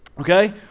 okay